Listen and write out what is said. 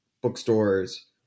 bookstores